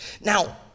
Now